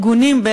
ארגונים,